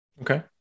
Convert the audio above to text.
Okay